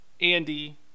Andy